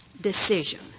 decision